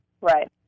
Right